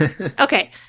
Okay